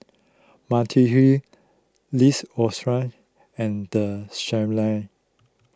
Mediheal and the Shilla